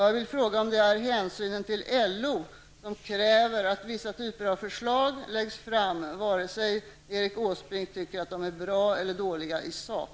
Jag vill fråga om det är hänsynen till LO som kräver att vissa typer av förslag läggs fram, vare sig Erik Åsbrink tycker att de är bra eller dåliga i sak.